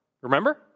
Remember